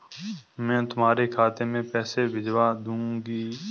मैं तुम्हारे खाते में पैसे भिजवा दूँगी